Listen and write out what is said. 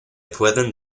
pueden